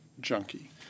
junkie